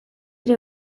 ere